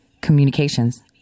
communications